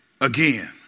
again